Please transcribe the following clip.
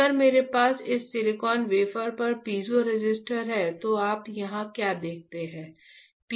अगर मेरे पास इस सिलिकॉन वेफर पर पीज़ोरेसिस्टर है तो आप यहां क्या देखते हैं